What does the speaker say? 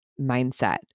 mindset